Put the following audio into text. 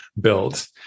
built